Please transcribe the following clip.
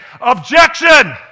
objection